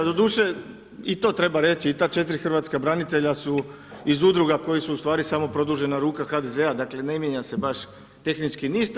Doduše i to treba reći i ta 4 hrvatska branitelja su iz udruga koji su ustvari samo produžena ruka HDZ-a, dakle ne mijenja se baš tehnički ništa.